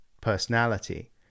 personality